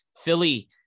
Philly